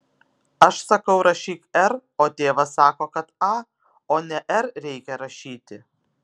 aš sakau rašyk r o tėvas sako kad a o ne r reikia rašyti